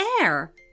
air